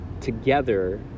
together